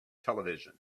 television